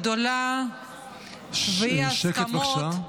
-- שקט, בבקשה.